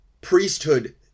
priesthood